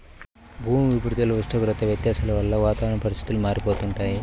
భూమి ఉపరితల ఉష్ణోగ్రత వ్యత్యాసాల వలన వాతావరణ పరిస్థితులు మారిపోతుంటాయి